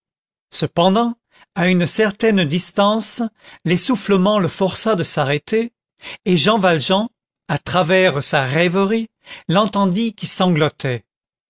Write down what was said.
cependant à une certaine distance l'essoufflement le força de s'arrêter et jean valjean à travers sa rêverie l'entendit qui sanglotait